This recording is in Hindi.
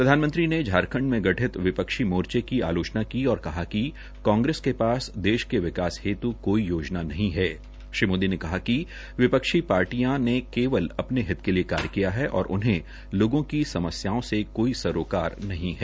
प्रधानमंत्री ने झारखंड में गठित विपक्षी मोर्चे की आलोचना की और कहा कि कांग्रेस के पास देश के विकास हेतु कोई योजना नहीं है श्री मोदी ने कहा कि विपक्षी पार्टियो ने सिर्फ अपने हितों के लिए कार्य किया है और उन्हें लोगों की समस्याओं से कोई सरोकार नहीं है